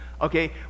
Okay